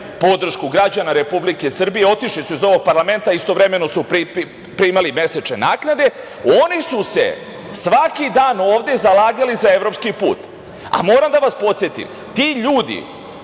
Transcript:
podršku građana Republike Srbije otišli su iz ovog parlamenta, istovremeno su primali mesečne naknade, oni su se svaki dan ovde zalagali sa evropski put. Moram da vas podsetim, ti ljudi